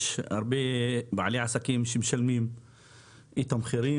יש הרבה בעלי עסקים שמשלמים את המחירים